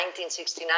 1969